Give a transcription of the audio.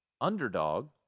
underdog